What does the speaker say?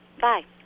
Bye